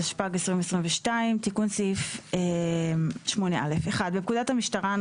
התשפ"ג-2022 תיקון סעיף 8א. 1. בפקודת המשטרה ,